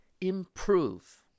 improve